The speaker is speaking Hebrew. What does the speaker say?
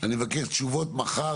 אני מבקש תשובות מחר,